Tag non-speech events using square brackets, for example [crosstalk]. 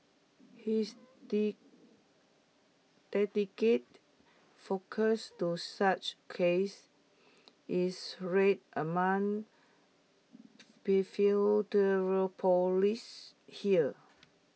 his [unintelligible] dedicated focus to such case is rare among [unintelligible] here